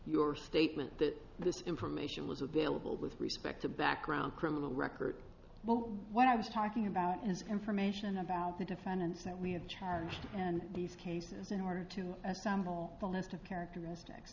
your statement that this information was available with respect to background criminal record but what i was talking about is information about the defendants that we have charged and these cases in order to assemble the list of characteristics